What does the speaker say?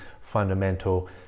fundamental